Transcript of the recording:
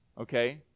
okay